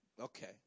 Okay